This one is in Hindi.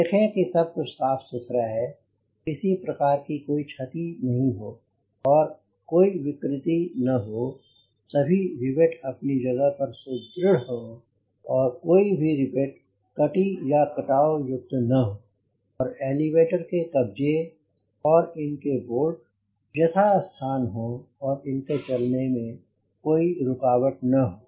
देखें कि सब साफ़ सुथरा है किसी प्रकार की कोई क्षति नहीं हो कोई विकृति न हो सभी रिवेट अपनी जगह पर सुदृढ़ हों कोई भी रिवेट कटी या कटावयुक्त न हो और एलीवेटर के कब्जे और इनके बोल्ट यथास्थान हों और इनके चलने में कोई रूकावट न हो